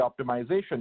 optimization